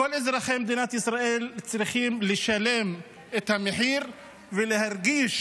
כל אזרחי מדינת ישראל צריכים לשלם את המחיר ולהרגיש